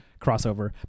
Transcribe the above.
crossover